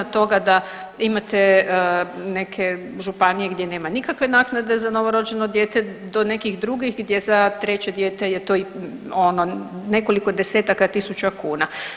Od toga da imate neke županije gdje nema nikakve naknade za novorođeno dijete do nekih drugih gdje za treće dijete je to i ono nekoliko desetaka tisuća kuna.